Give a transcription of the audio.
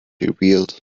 revealed